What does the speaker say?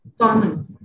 common